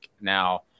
Now